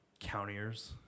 countiers